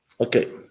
Okay